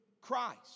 Christ